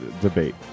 debate